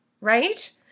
right